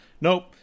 Nope